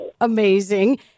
Amazing